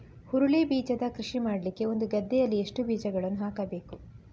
ಹುರುಳಿ ಬೀಜದ ಕೃಷಿ ಮಾಡಲಿಕ್ಕೆ ಒಂದು ಗದ್ದೆಯಲ್ಲಿ ಎಷ್ಟು ಬೀಜಗಳನ್ನು ಹಾಕಬೇಕು?